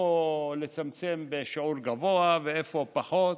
איפה לצמצם בשיעור גבוה ואיפה פחות.